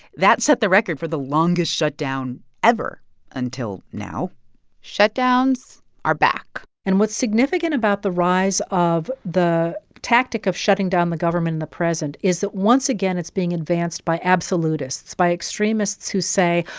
that set the record for the longest shutdown ever until now shutdowns are back and what's significant about the rise of the tactic of shutting down the government in the present is that, once again, it's being advanced by absolutists by extremists who say,